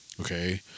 okay